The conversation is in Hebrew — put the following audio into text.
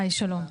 היי שלום,